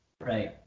Right